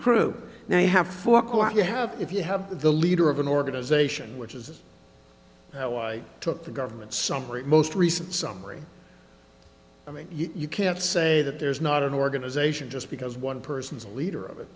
crew now you have four court you have if you have the leader of an organization which is why i took the government summary most recent summary i mean you can't say that there's not an organization just because one person's leader